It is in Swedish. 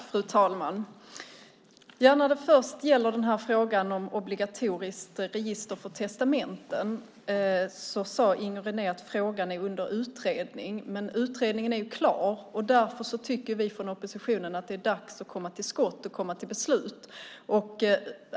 Fru talman! När det gäller frågan om ett obligatoriskt register för testamenten sade Inger René att frågan är under utredning. Utredningen är dock redan klar, och därför tycker vi från oppositionen att det är dags att komma till skott och till beslut.